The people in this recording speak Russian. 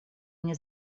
мне